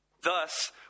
Thus